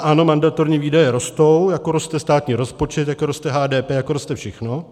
Ano, mandatorní výdaje rostou, jako roste státní rozpočet, jako roste HDP, jako roste všechno.